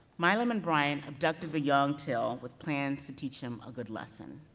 milam and bryant abducted the young till with plans to teach him a good lesson.